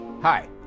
Hi